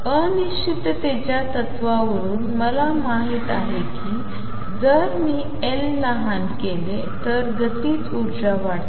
अनिश्चिततेच्या तत्त्वावरून मला माहित आहे की जर मी L लहान केले तर गतिज ऊर्जा वाढते